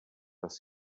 dass